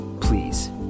Please